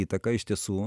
įtaka iš tiesų